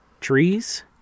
trees